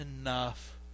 enough